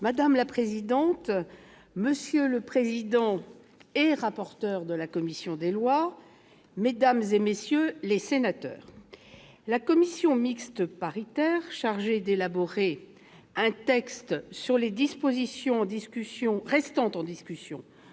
Madame la présidente, monsieur le rapporteur et président de la commission des lois, mesdames, messieurs les sénateurs, la commission mixte paritaire chargée d'élaborer un texte sur les dispositions restant en discussion